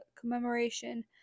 commemoration